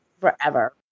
forever